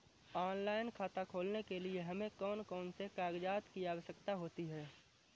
Online खाता खोलने के लिए हमें कौन कौन से कागजात की आवश्यकता होती है?